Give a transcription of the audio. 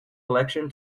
election